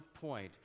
point